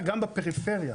גם בפריפריה,